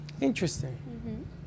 Interesting